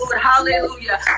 Hallelujah